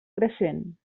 creixent